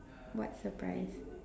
what's the prize